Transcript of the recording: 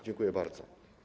Dziękuję bardzo.